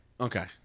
okay